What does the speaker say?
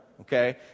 Okay